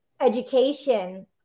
education